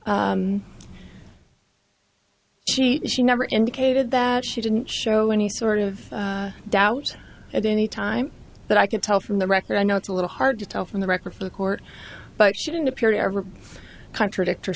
she she never indicated that she didn't show any sort of doubt at any time but i can tell from the record i know it's a little hard to tell from the record for the court but she didn't appear to contradict